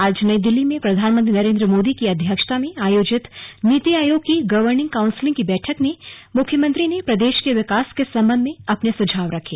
आज नई दिल्ली में प्रधानमंत्री नरेंद्र मोदी की अध्यक्षता में आयोजित नीति आयोग की गवर्निंग काउंसिल की बैठक में मुख्यमंत्री ने प्रदेश के विकास के संबंध में अपने सुझाव रखे